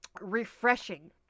refreshing